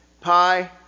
Pi